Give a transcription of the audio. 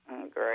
Great